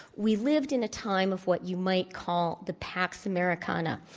we lived in a time of what you might call the pax americana.